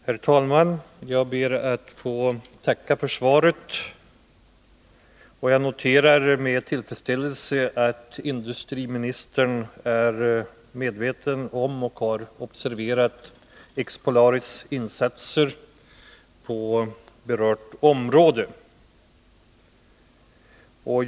Herr talman! Jag ber att få tacka för svaret, och jag noterar med tillfredsställelse att industriministern är medveten om och har observerat Expolaris insatser på berört område.